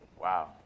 Wow